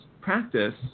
practice